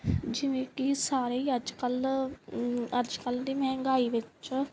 ਜਿਵੇਂ ਕਿ ਸਾਰੇ ਹੀ ਅੱਜ ਕੱਲ੍ਹ ਅੱਜ ਕੱਲ੍ਹ ਦੀ ਮਹਿੰਗਾਈ ਵਿੱਚ